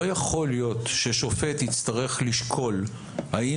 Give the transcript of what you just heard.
לא יכול להיות ששופט יצטרך לשקול האם